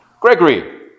Gregory